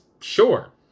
Sure